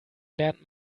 lernt